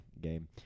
game